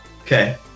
Okay